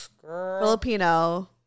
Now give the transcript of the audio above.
Filipino